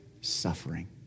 suffering